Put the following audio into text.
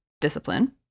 discipline